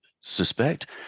suspect